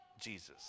Jesus